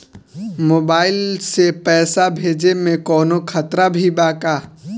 Mobile से पैसा भेजे मे कौनों खतरा भी बा का?